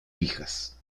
fijas